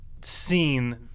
scene